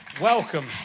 Welcome